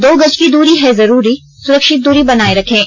दो गज की दूरी है जरूरी सुरक्षित दूरी बनाए रखें